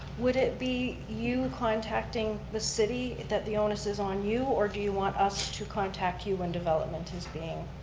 would it be you contacting the city, that the onus is on you or do you want us to contact you when development is being?